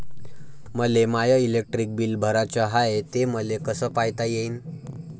मले माय electric bill भराचं हाय, ते मले कस पायता येईन?